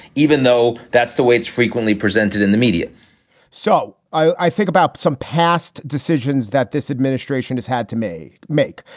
even though that's the way it's frequently presented in the media so i think about some past decisions that this administration has had to me make.